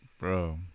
bro